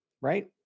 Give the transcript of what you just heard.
Right